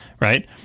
right